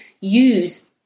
use